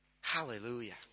Hallelujah